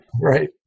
Right